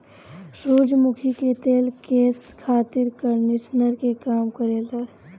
सूरजमुखी के तेल केस खातिर कंडिशनर के काम करेला